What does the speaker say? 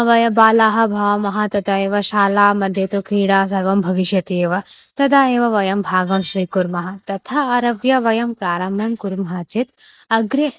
वयं बालाः भवामः तथा एव शाला मध्ये तु क्रीडा सर्वं भविष्यति एव तदा एव वयं भागं स्वीकुर्मः तदा आरभ्य वयं प्रारम्भं कुर्मः चेत् अग्रे